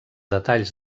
detalls